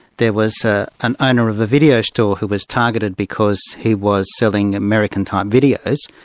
there was ah an owner of a video store who was targeted because he was selling american-type videos,